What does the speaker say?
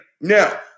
Now